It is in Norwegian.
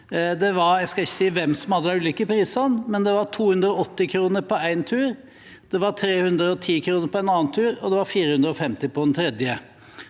Jeg skal ikke si hvem som hadde de ulike prisene, men det var 280 kr på én tur, 310 kr på en annen tur og 450 kr på den tredje.